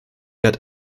dead